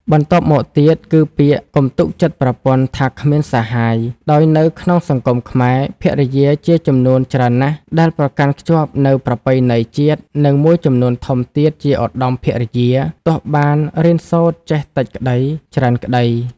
បន្ទាប់់មកទៀត គឺពាក្យកុំទុកចិត្តប្រពន្ធថាគ្មានសាហាយ ដោយនៅក្នុងសង្គមខ្មែរ ភរិយាជាចំនួនច្រើនណាស់ដែលប្រកាន់ខ្ជាប់នូវប្រពៃណីជាតិ និងមួយចំនួនធំទៀតជាឧត្ដមភរិយា ទោះបានរៀនសូត្រចេះតិចក្ដី ច្រើនក្ដី ។